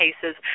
cases